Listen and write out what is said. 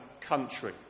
country